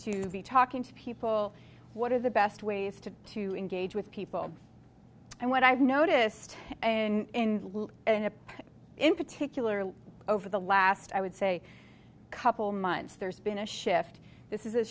to be talking to people what are the best ways to to engage with people and what i've noticed in luke and in particular over the last i would say couple months there's been a shift this is